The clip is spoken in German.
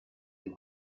den